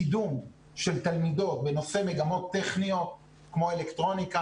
קידום של תלמידות בנושא מגמות טכניות כמו אלקטרוניקה,